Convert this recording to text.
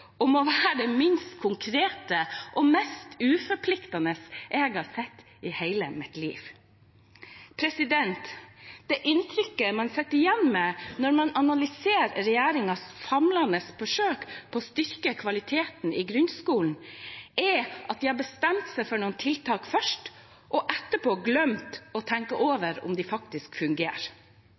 og må være det minst konkrete og mest uforpliktende jeg har sett i hele mitt liv. Det inntrykket man sitter igjen med når man analyserer regjeringens famlende forsøk på å styrke kvaliteten i grunnskolen, er at de har bestemt seg for noen tiltak først og etterpå glemt å tenke over om de faktisk fungerer.